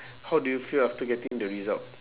how did you feel after getting the result